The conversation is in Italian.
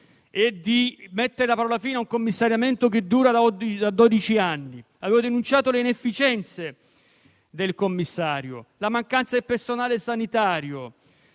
e di mettere la parola fine a un commissariamento che dura da dodici anni. Avevo denunciato le inefficienze del commissario; la mancanza del personale sanitario;